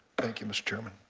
thank you, mr. chairman.